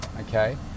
okay